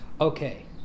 Okay